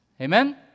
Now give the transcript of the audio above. Amen